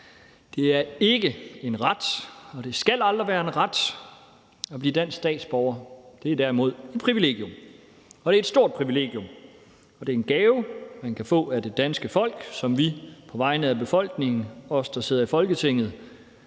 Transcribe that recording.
Det er ikke en ret, og det skal aldrig være en ret at blive dansk statsborger. Det er derimod et privilegium – og det er et stort privilegium. Det er en gave, man kan få af det danske folk, som vi, der sidder i Folketinget,